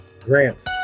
Grant